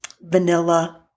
vanilla